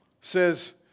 says